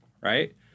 right